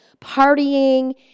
partying